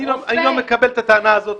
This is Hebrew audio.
אני לא מקבל את הטענה הזאת.